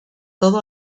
todo